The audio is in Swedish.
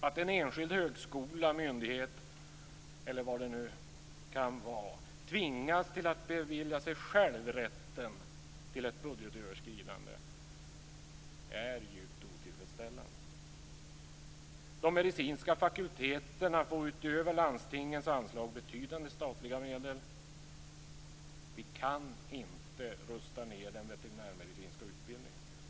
Att en enskild högskola, myndighet eller vad det nu kan vara tvingas att bevilja sig själv rätten till ett budgetöverskridande är djupt otillfredsställande. De medicinska fakulteterna får utöver landstingens anslag betydande statliga medel. Vi kan inte rusta ned den veterinärmedicinska utbildningen.